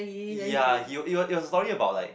ya he was it was it was a story about like